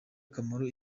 akamaro